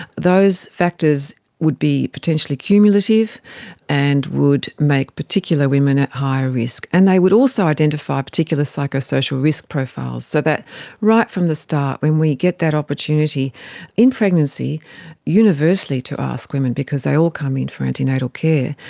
those factors would be potentially cumulative and would make particular women at higher risk. and they would also identify particular psychosocial risk profiles, so that right from the start when we get that opportunity in pregnancy universally to ask women, because they all come in for antenatal care,